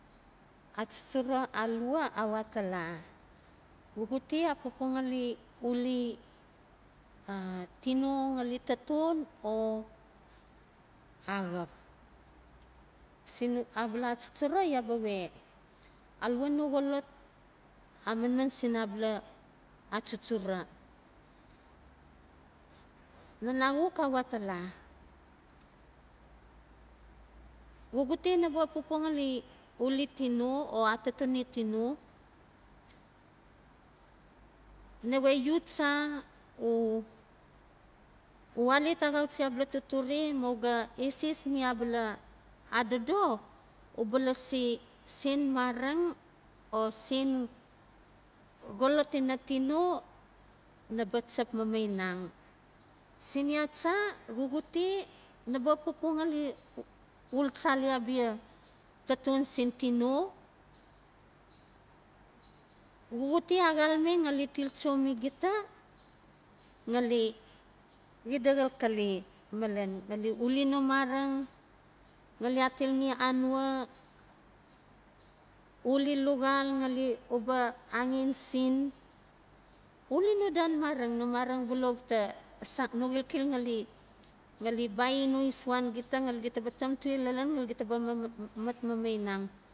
Achuchura a lua a we atala xuxute a pupua ngali uli a tino ngali taton a axap? Sin abala achuchura ya ba we a lua no xolot a manman sin abala achuchura. Nan a xuk a we atala xuxute naba xap pupua ngali uli tino o atatoni tino, nawe u cha u alet axauchi abala totore ma uga eses mi abala adodo uba lasi chap mamainang. Sin ya cha xuxute naba xap pupua ngali ul chali abia taton sin tino, xuxute a xalme ngali til cho mi gita ngali xida xalxale malen ngali uli no mareng.